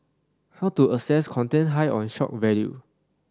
how to assess content high on shock value